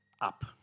up